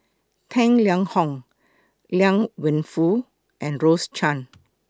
Tang Liang Hong Liang Wenfu and Rose Chan